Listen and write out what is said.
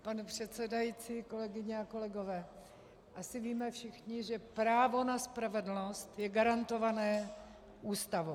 Pane předsedající, kolegyně a kolegové, asi víme všichni, že právo na spravedlnost je garantované Ústavou.